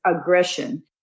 aggression